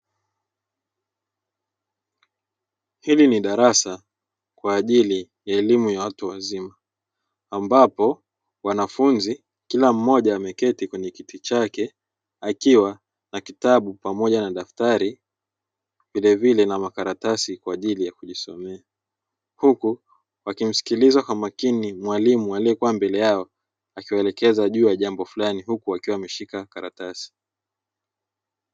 Hili ni darasa kwa ajili ya elimu ya watu wazima, ambapo wanafunzi, kila mmoja ameketi kwenye kiti chake akiwa na kitabu pamoja na daftari, vilevile na makaratasi kwa ajili ya kujisomea, huku wakimsikiliza kwa makini mwalimu aliyekuwa mbele yao akielekeza juu ya jambo fulani, huku akiwa ameshika karatasi.